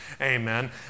amen